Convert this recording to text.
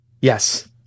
Yes